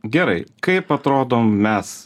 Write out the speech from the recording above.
gerai kaip atrodom mes